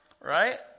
right